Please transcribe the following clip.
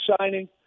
signing